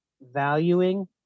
valuing